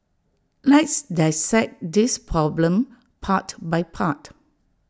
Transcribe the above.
let's dissect this problem part by part